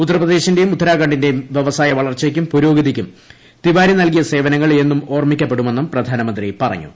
ഉത്തർപ്രദേശി ന്റെയും ഉത്തരാഖണ്ഡിന്റെയും വൃാവസായ വളർച്ച യ്ക്കും പുരോഗ തിക്കും തിവാരി നൽകിയ സേവനങ്ങൾ പ്ര എന്നും ഓർമ്മിക്കപ്പെടു മെന്നും പ്രധാനമന്ത്രി പറഞ്ഞു